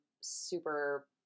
super